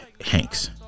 Hanks